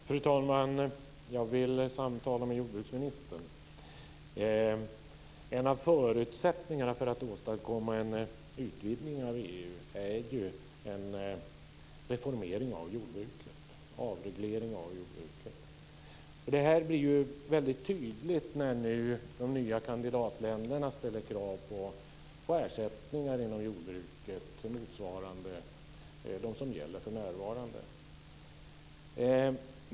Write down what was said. Fru talman! Jag vill samtala med jordbruksministern. En av förutsättningarna för att åstadkomma en utvidgning av EU är ju en reformering, avreglering, av jordbruket. Det blir tydligt när de nya kandidatländerna ställer krav på ersättningar inom jordbruket motsvarande de som gäller för närvarande.